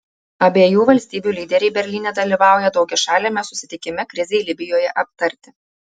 abiejų valstybių lyderiai berlyne dalyvauja daugiašaliame susitikime krizei libijoje aptarti